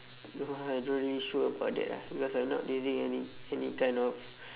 no ah I don't really sure about that ah because I'm not using any any kind of